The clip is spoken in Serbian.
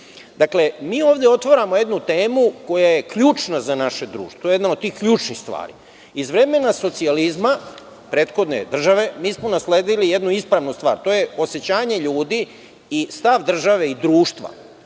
tema. Dakle, mi ovde otvaramo jednu temu koja je ključna za naše društvo, jedna od tih ključnih stvari. Iz vremena socijalizma prethodne države mi smo nasledili jednu ispravnu stvar. To je osećanje ljudi i stav države i društva,